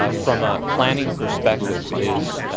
ah from a planning perspective, is